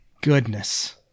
goodness